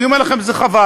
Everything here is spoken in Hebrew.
אני אומר לכם שזה חבל,